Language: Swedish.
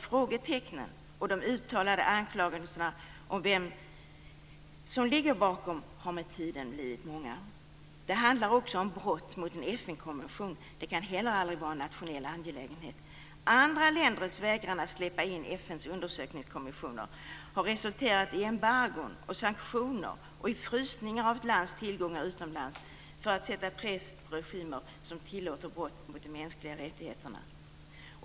Frågetecknen och de uttalade anklagelserna om vem som ligger bakom har med tiden blivit många. Det handlar också om brott mot en FN-konvention. Det kan inte heller vara en nationell angelägenhet. Andra länders vägran att släppa in FN:s undersökningskommissioner har resulterat i embargon, sanktioner och frysning av ett lands tillgångar utomlands. Detta har satt press mot regimer som tillåter brott mot mänskliga rättigheter.